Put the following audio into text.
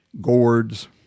gourds